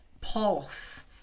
pulse